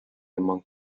among